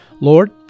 lord